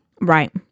Right